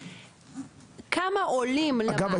כמה עולים למעסיק --- אגב,